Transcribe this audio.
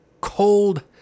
cold